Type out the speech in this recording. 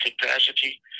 capacity